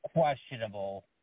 questionable